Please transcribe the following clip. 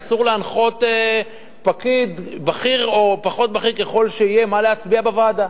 אסור להנחות פקיד בכיר או פחות בכיר ככל שיהיה מה להצביע בוועדה.